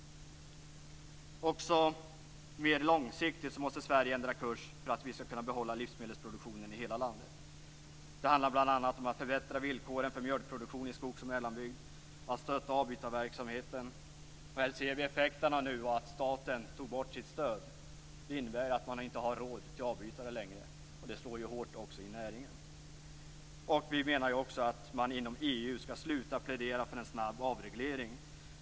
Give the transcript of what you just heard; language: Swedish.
Också mer långsiktigt måste Sverige ändra kurs för att kunna behålla livsmedelsproduktionen i hela landet. Det handlar bl.a. om att förbättra villkoren för mjölkproduktion i skogs och mellanbygd och att stötta avbytarverksamheten. Här ser vi nu effekterna av att staten tog bort sitt stöd. Det innebär att bönderna inte har råd med avbytare längre, vilket slår hårt på näringen. Vi menar också att man inom EU skall sluta plädera för en snabb avreglering.